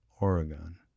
Oregon